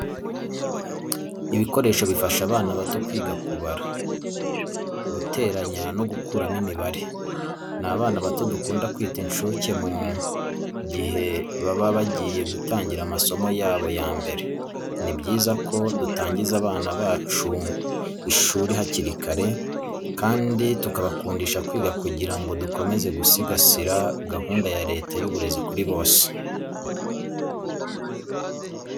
Ibikoresho bifasha abana bato kwiga kubara, guteranya no gukuramo imibare. Ni abana bato dukunda kwita incuke mu gihe baba bagiye gutangira amasomo yabo ya mbere. Ni byiza ko dutangiza abana bacu ishuri hakiri kare kandi tukabakundisha kwiga kugira ngo dukomeze gusigasira gahunda ya Leta y'uburezi kuri bose.